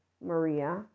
Maria